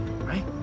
right